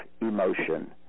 emotion